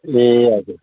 ए हजुर